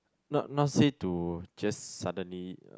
not not say to just suddenly